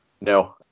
No